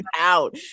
out